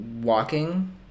walking